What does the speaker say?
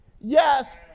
Yes